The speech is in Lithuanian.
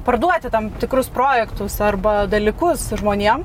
parduoti tam tikrus projektus arba dalykus žmonėm